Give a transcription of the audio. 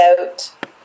out